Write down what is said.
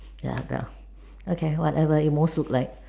ya bell okay whatever you most look like